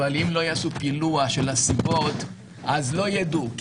אם לא יעשו פילוח של הסיבות אז לא ידעו.